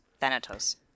Thanatos